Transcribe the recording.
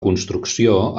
construcció